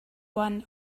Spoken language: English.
one